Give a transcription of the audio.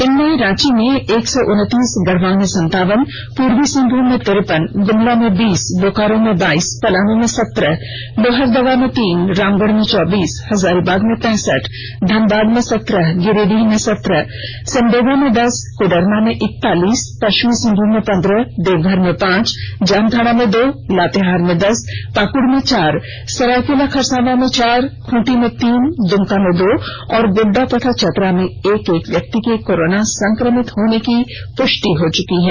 इनमें रांची में एक सौ उनतीस गढ़वा में संतावन पूर्वी सिंहमूम में तिरपन गुमला में बीस बोकारो में बाइस पलामू में सत्रह लोहरदगा में तीन रामगढ़ में चौबीस हजारीबाग में पैंसठ धनबाद में सत्रह गिरिडीह में सत्रह सिमडेगा में दस कोडरमा में इकतालीस पश्चिमी सिंहमूम में पंद्रह देवघर में पांच जामताड़ा में दो लातेहार में दस पाकुड़ में चार सरायकेला खरसांवा में चार खूंटी में तीन द्मका में दो और गोड्डा तथा चतरा में एक एक व्यक्ति के कोरोना संक्रमित होने की पुष्टि हो चुकी है